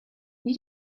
did